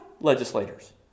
legislators